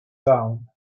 down